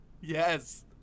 Yes